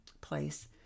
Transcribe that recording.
place